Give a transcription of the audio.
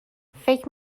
فکر